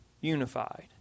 unified